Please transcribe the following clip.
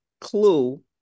clue